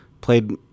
played